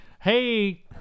hey